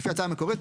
לפי ההצעה המקורית,